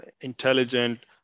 intelligent